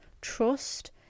trust